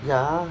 ya